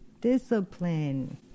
discipline